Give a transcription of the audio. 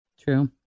True